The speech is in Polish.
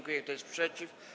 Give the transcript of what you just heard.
Kto jest przeciw?